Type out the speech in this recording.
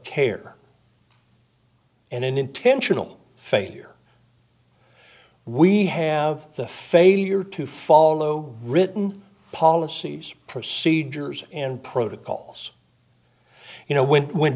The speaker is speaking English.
care and an intentional failure we have the failure to follow written policies procedures and protocols you know when when